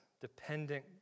dependent